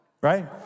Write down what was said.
right